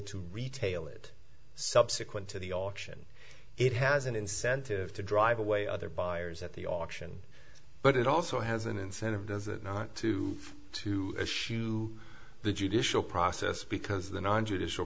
to retail it subsequent to the auction it has an incentive to drive away other buyers at the auction but it also has an incentive not to to issue the judicial process because the non judicial